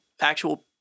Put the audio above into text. actual